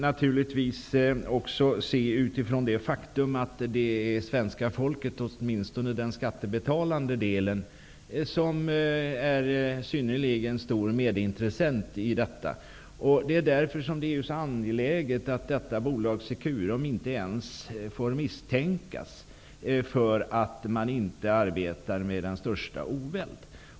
Naturligtvis får vi också se detta utifrån det faktum att det är svenska folket, åtminstone den skattebetalande delen, som är synnerligen stor medintressent här. Därför är det mycket angeläget att bolaget Securum inte ens kan misstänkas för att inte arbeta med största oväld.